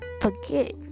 forget